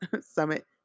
summit